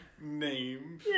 name